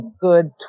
good